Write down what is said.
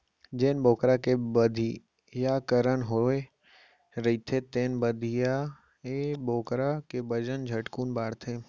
जेन बोकरा के बधियाकरन होए रहिथे तेन बधियाए बोकरा के बजन झटकुन बाढ़थे